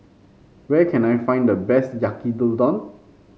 where can I find the best Yaki Udon